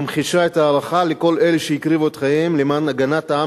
ממחישה את ההערכה לכל אלה שהקריבו את חייהם למען הגנת העם